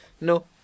no